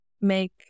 make